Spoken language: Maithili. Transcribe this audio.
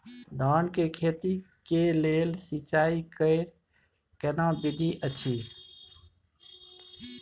धान के खेती के लेल सिंचाई कैर केना विधी अछि?